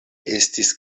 estis